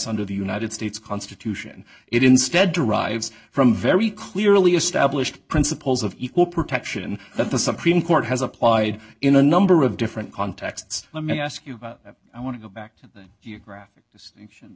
under the united states constitution it instead derives from very clearly established principles of equal protection but the supreme court has applied in a number of different contexts let me ask you about i want to go back to that geographic distinction